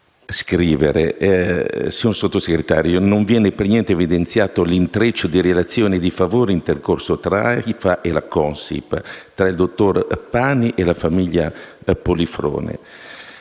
scriverla. Signor Sottosegretario, non viene per niente evidenziato l'intreccio di relazioni e di favori intercorsi tra l'Aifa e la Consip, tra il dottor Pani e la famiglia Polifrone.